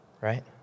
right